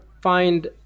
find